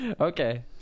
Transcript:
Okay